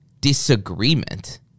disagreement